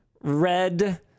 red